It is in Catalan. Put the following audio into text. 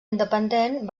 independent